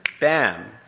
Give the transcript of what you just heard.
BAM